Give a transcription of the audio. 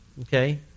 okay